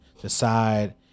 decide